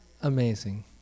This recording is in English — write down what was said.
amazing